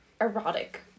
erotic